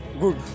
good